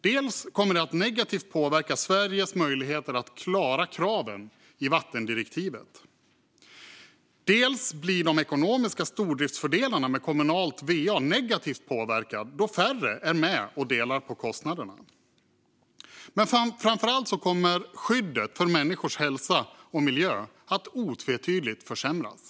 Dels kommer det att negativt påverka Sveriges möjligheter att klara kraven i vattendirektivet, dels blir de ekonomiska stordriftsfördelarna med kommunalt va negativt påverkade då färre är med och delar på kostnaderna. Men framför allt kommer skyddet för människors hälsa och miljö otvetydigt att försämras.